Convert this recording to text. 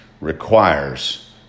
requires